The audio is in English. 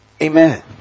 Amen